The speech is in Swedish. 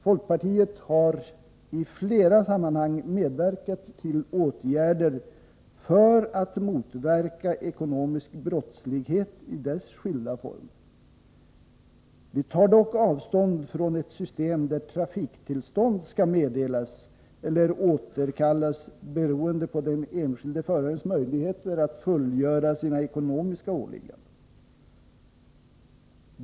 Folkpartiet har i flera sammanhang medverkat till åtgärder för att motverka ekonomisk brottslighet i dess skilda former. Folkpartiet tar dock avstånd från ett system där trafiktillstånd skall meddelas eller återkallas beroende på den enskilde förarens möjligheter att fullgöra sina ekonomiska åligganden.